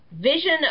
vision